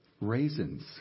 raisins